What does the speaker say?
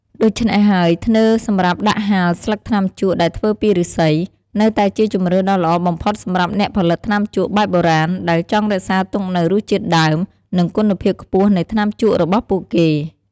ដូច្នេះហើយ ធ្នើរសម្រាប់ដាក់ហាលស្លឹកថ្នាំជក់ដែលធ្វើពីឬស្សី នៅតែជាជម្រើសដ៏ល្អបំផុតសម្រាប់អ្នកផលិតថ្នាំជក់បែបបុរាណ ដែលចង់រក្សាទុកនូវរសជាតិដើម និងគុណភាពខ្ពស់នៃថ្នាំជក់របស់ពួកគេ។